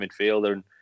midfielder